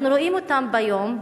אנחנו רואים אותם ביום,